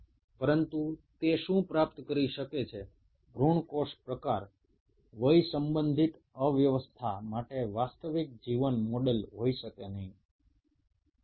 আমরা এমব্রায়োনিক কোষ দিয়ে যা অর্জন করতে পারি তা কিন্তু বয়স জনিত ডিজঅর্ডারের রিয়েল লাইফ মডেল হিসেবে বিবেচিত হয় না